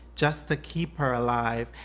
just to keep her alive.